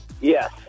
Yes